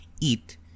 eat